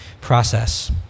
process